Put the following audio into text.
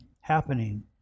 happening